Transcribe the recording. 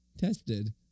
Tested